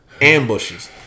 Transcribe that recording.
ambushes